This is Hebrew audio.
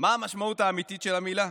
מה המשמעות האמיתית של המילה.